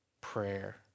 prayer